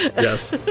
Yes